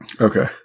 Okay